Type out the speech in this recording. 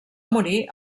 morir